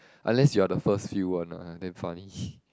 unless you are the first few one lah damn funny